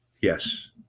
yes